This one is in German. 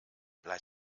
bleib